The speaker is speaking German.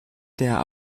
der